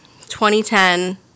2010